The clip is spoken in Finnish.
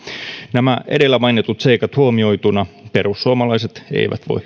nämä edellä mainitut seikat huomioituna perussuomalaiset eivät voi